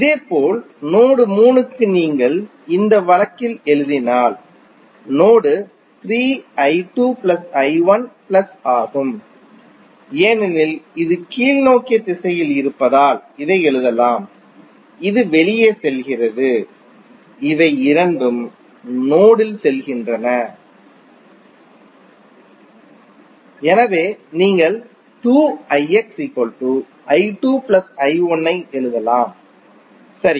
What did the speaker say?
இதேபோல் நோடு 3 க்கு நீங்கள் இந்த வழக்கில் எழுதினால் நோடு 3 பிளஸ் ஆகும் ஏனெனில் இது கீழ்நோக்கிய திசையில் இருப்பதால் இதை எழுதலாம் இது வெளியே செல்கிறது இவை இரண்டும் நோடு ல் செல்கின்றன எனவே நீங்கள் ஐ எழுதலாம் சரி